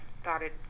started